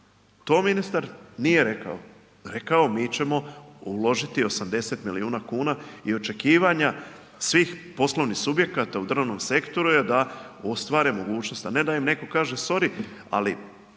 To ministar nije rekao, rekao je mi ćemo uložiti 80 milijuna kuna i očekivanja svih poslovnih subjekata u drvnom sektoru je da ostvare mogućnost a ne da im netko kaže sorry ali